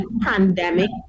pandemic